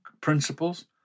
principles